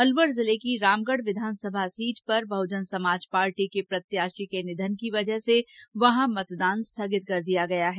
अलवर जिले की रामगढ विधानसभा सीट पर बहुजन समाज पार्टी के प्रत्याशी के निधन की वजह से वहां मतदान स्थगित कर दिया गया है